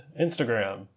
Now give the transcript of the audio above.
Instagram